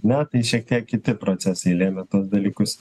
na tai šiek tiek kiti procesai lėmė tuos dalykus